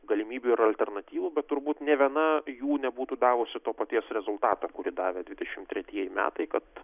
galimybių ir alternatyvų bet turbūt nė viena jų nebūtų davusi to paties rezultato kurį davė dvidešimt tretieji metai kad